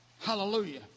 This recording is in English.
Hallelujah